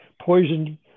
poisoned